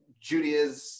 Judaism